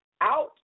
out